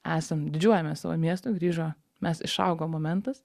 esam didžiuojamės savo miestu grįžo mes išaugom momentas